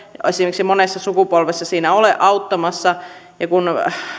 esimerkiksi monessa sukupolvessa siinä ole ollut auttamassa ja kun